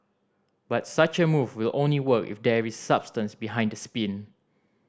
but such a move will only work if there is substance behind the spin